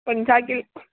पंजाह किलो